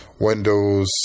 windows